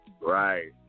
Right